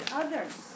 others